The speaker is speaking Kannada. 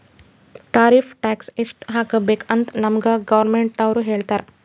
ಟಾರಿಫ್ ಟ್ಯಾಕ್ಸ್ ಎಸ್ಟ್ ಹಾಕಬೇಕ್ ಅಂತ್ ನಮ್ಗ್ ಗೌರ್ಮೆಂಟದವ್ರು ಹೇಳ್ತರ್